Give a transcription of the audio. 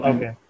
Okay